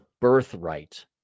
birthright